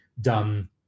done